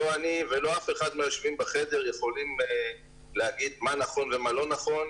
לא אני ולא אף אחד מהיושבים בחדר יכולים להגיד מה נכון ומה לא נכון.